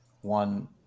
one